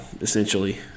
essentially